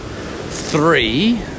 three